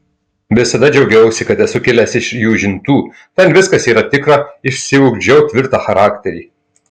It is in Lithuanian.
visada džiaugiausi kad esu kilęs iš jūžintų ten viskas yra tikra išsiugdžiau tvirtą charakterį